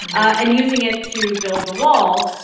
and using it to build the wall.